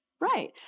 Right